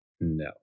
No